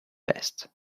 vest